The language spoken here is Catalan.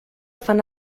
fan